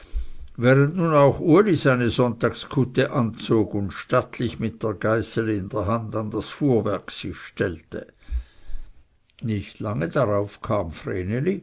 während nun auch uli seine sonntagskutte anzog und stattlich mit der geißel in der hand an das fuhrwerk sich stellte nicht lange darauf kam